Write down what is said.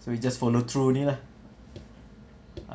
so we just follow through only lah